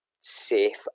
safe